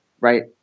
Right